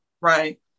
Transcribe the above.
right